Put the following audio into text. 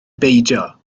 beidio